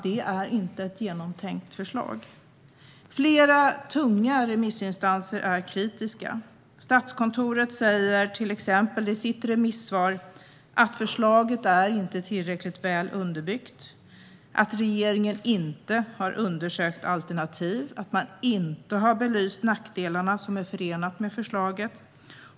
Det är inte ett genomtänkt förslag. Flera tunga remissinstanser är kritiska. Statskontoret säger till exempel i sitt remissvar att förslaget inte är tillräckligt väl underbyggt och att regeringen inte har undersökt alternativ och inte har belyst de nackdelar som är förenade med förslaget.